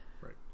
Right